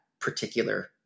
particular